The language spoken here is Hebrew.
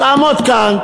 תעמוד כאן,